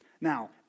Now